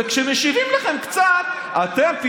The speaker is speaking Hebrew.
וכשמשיבים לכם קצת אתם פתאום,